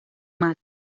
matt